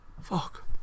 Fuck